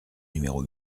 numéro